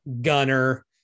Gunner